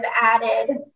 added